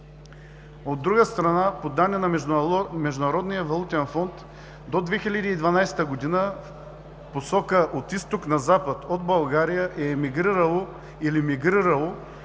От друга страна, по данни на Международния валутен фонд до 2012 г. в посока от иИзток на запад от България е мигрирало 16% от